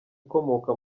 ukomoka